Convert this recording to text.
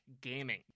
gaming